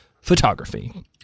photography